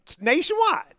Nationwide